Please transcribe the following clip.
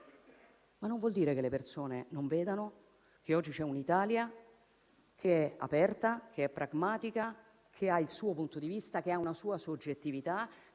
ciò non vuol dire che le persone non vedano che oggi c'è un'Italia aperta e pragmatica, che ha il suo punto di vista, che ha una sua soggettività